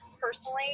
personally